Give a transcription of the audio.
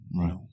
Right